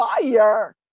fire